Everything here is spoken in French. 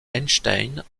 einstein